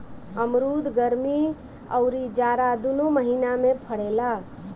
अमरुद गरमी अउरी जाड़ा दूनो महिना में फरेला